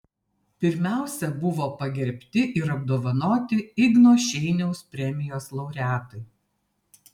pirmiausia buvo pagerbti ir apdovanoti igno šeiniaus premijos laureatai